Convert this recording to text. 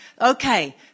Okay